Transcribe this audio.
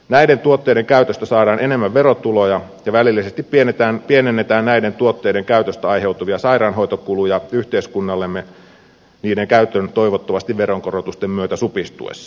näiden tuotteiden käytöstä saadaan enemmän verotuloja ja välillisesti pienennetään näiden tuotteiden käytöstä aiheutuvia sairaanhoitokuluja yhteiskunnallemme niiden käytön toivottavasti veronkorotusten myötä supistuessa